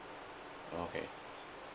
okay